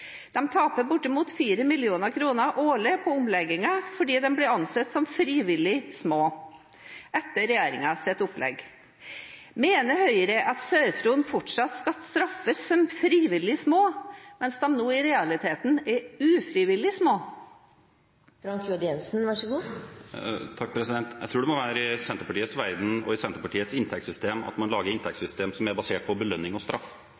taper bortimot 4 mill. kr årlig på omleggingen fordi de blir ansett som frivillig små etter regjeringens opplegg. Mener Høyre at Sør-Fron fortsatt skal straffes som frivillig liten, mens den i realiteten er ufrivillig liten? Jeg tror det må være i Senterpartiets verden og i Senterpartiets inntektssystem at man lager et inntektssystem som er basert på belønning og straff.